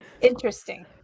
interesting